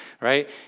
right